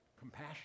compassion